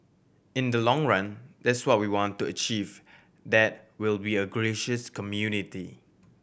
in the long run that's what we want to achieve that we'll be a gracious community